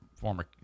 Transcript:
former